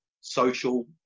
social